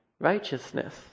righteousness